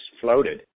floated